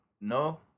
No